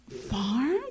farm